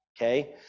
Okay